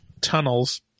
tunnels